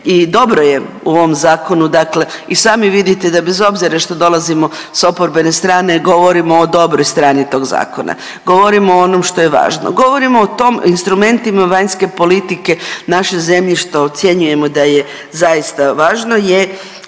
i dobro je u ovom zakonu dakle i sami vidite da bez obzira što dolazimo s oporbene strane govorimo o dobroj strani tog zakona. Govorimo o onom što je važno. Govorimo o tom instrumentima vanjske politike naše zemlje što ocjenjujemo da je zaista važno je